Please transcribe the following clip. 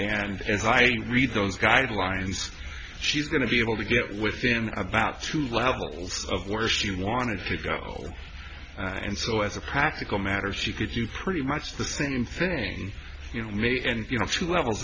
and as i read those guidelines she's going to be able to get within about two levels of where she wanted to go and so as a practical matter she could do pretty much the same thing you know me and you know two levels